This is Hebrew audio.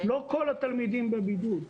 לא כל התלמידים בבידוד.